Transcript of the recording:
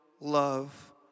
love